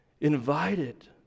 invited